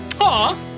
Aw